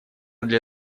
для